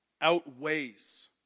outweighs